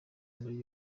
muri